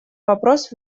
вопрос